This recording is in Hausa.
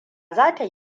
zai